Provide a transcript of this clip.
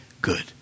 good